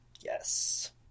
Yes